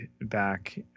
back